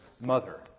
mother